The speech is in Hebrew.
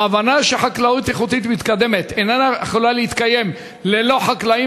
ההבנה שחקלאות איכותית מתקדמת איננה יכולה להתקיים ללא חקלאים,